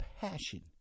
passion